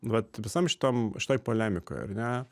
vat visam šitam šitoj polemikoj ar ne